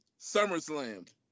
SummerSlam